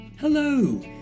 Hello